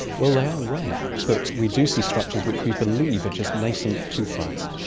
well, they are rare but we do see structures which we believe are just nascent tooth buds.